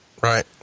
Right